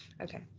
Okay